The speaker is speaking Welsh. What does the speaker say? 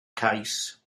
cais